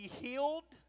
healed